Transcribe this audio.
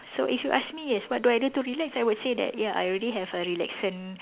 so if you ask me yes what do I do to relax I would say that ya I already have a relaxant